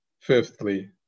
Fifthly